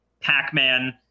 Pac-Man